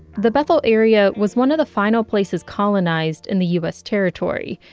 the bethel area was one of the final places colonized in the u s. territory.